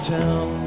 town